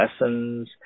lessons